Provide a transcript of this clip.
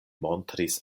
montris